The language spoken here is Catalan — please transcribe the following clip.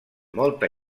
molta